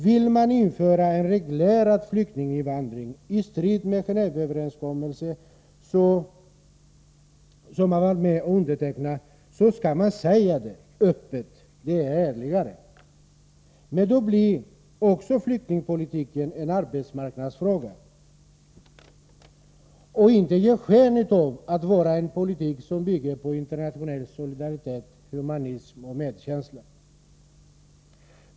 Vill man införa en reglerad flyktinginvandring i strid med Genåveöverens internationella åtaganden i fråga om kommelsen, som man varit med om att underteckna, skall man säga det öppet — det är ärligare. Men då blir också flyktingpolitiken en arbetsmarknadsfråga. Och man skall då inte ge sken av att föra en politik som bygger på internationell solidaritet, humanism och medkänsla.